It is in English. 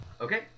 Okay